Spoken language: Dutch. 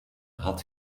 had